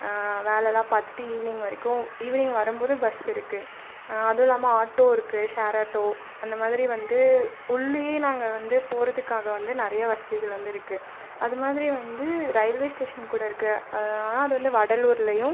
வேலைலா பார்த்துட்டு ஈவினிங் வரைக்கும் ஈவினிங் வரும்போது பஸ்ஸிருக்கு அதில்லாம ஆட்டோயிருக்கு ஷேர் ஆட்டோ அந்தமாதிரி வந்து உள்ளேயே நாங்கள் வந்து போறதுக்காக வந்து நிறைய வசதிகள் வந்திருக்கு அதுமாதிரி வந்து ரயில்வே ஸ்டேஷன் கூடயிருக்கு அது வந்து வடலூர்லையும்